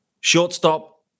Shortstop